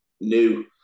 new